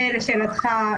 ולשאלתך,